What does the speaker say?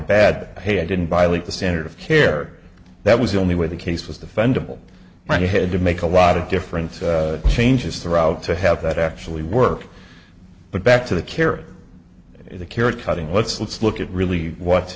bad hey i didn't violate the standard of care that was the only way the case was defendable my head to make a lot of different changes throughout to have that actually work but back to the carrot carrot cutting let's let's look at really what